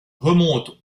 remontent